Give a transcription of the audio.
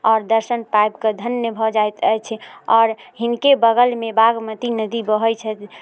आओर दर्शन पाबिकऽ धन्य भऽ जाइत अछि आओर हिनके बगलमे बागमती नदी बहै छथि